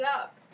up